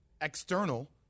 external